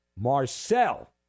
marcel